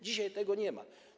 Dzisiaj tego nie ma.